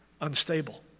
unstable